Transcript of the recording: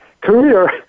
career